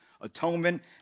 atonement